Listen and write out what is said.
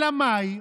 אלא מאי?